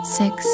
six